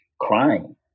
crying